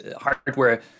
hardware